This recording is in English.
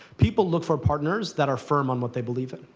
people look for partners that are firm on what they believe in.